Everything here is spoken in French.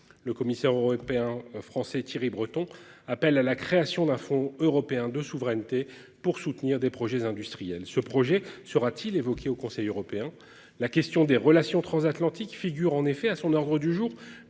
le commissaire européen français Thierry Breton, appelle à la création d'un fonds européen de souveraineté pour soutenir des projets industriels. Ce projet sera-t-il évoqué au Conseil européen. La question des relations transatlantiques figure en effet à son ordre du jour